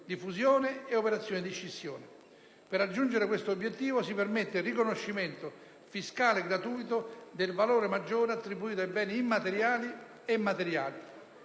di fusione e scissione. Per raggiungere questo obiettivo si permette il riconoscimento fiscale gratuito del valore maggiore attribuito ai beni materiali e immateriali.